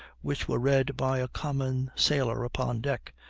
which were read by a common sailor upon deck,